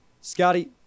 Scotty